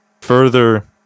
further